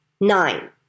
nine